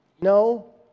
no